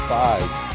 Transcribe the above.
Spies